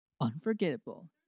Unforgettable